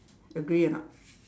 agree or not